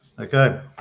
okay